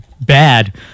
bad